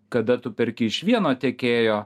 kada tu perki iš vieno tiekėjo